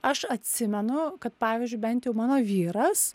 aš atsimenukad pavyzdžiui bent jau mano vyras